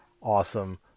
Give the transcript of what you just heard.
awesome